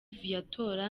viatora